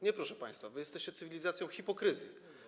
Nie, proszę państwa, wy jesteście cywilizacją hipokryzji.